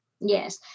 Yes